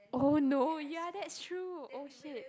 oh no ya that's true !oh shit!